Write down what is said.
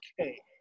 okay